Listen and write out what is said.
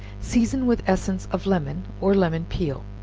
season with essence of lemon, or lemon peel,